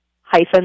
hyphen